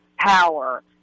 power